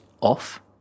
off